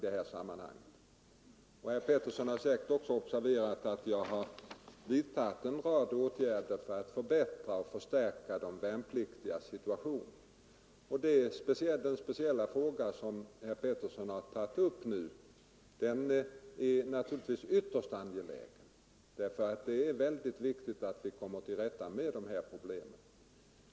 Herr Torsdagen den Petersson har säkert observerat att jag har vidtagit en rad åtgärder för 14 november 1974 att förbättra och förstärka de värnpliktigas situation. Den speciella fråga — herr Petersson har tagit upp är naturligtvis angelägen, och det är väldigt — Om åtgärder för att viktigt att komma till rätta med de här problemen.